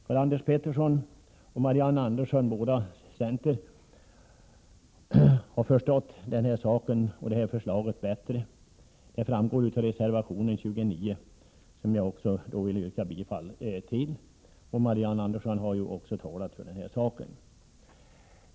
Karl-Anders Petersson och Marianne Andersson, båda centern, har förstått den här saken och det här förslaget bättre. Det framgår av reservation 29, till vilken jag yrkar bifall. Marianne Andersson har också talat för denna sak.